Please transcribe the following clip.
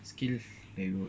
skill that you would